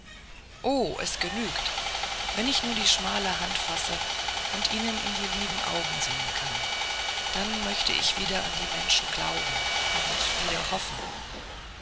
oh es genügt wenn ich nur die schmale hand fassen und ihnen in die lieben augen sehen kann dann möchte ich wieder an die menschen glauben und wieder hoffen